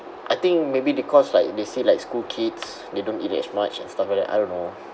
I think maybe because like they see like school kids they don't eat as much and stuff like that I don't know